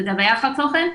הוא יכול לדווח על תוכן,